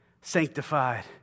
sanctified